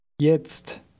Jetzt